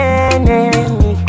enemy